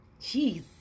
Jeez